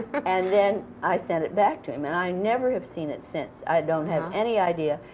and then i sent it back to him. and i never have seen it since. i don't have any idea,